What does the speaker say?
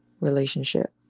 relationship